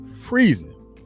freezing